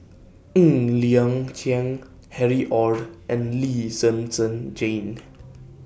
Ng Liang Chiang Harry ORD and Lee Zhen Zhen Jane